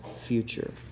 future